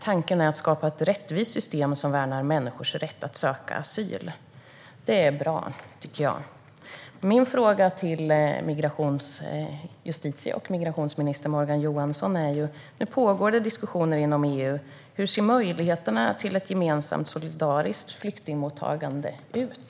Tanken är att skapa ett rättvist system som värnar människors rätt att söka asyl. Det är bra. Jag har följande fråga till justitie och migrationsminister Morgan Johansson apropå att det nu pågår diskussioner inom EU. Hur ser möjligheterna till ett gemensamt solidariskt flyktingmottagande ut?